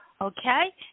Okay